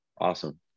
awesome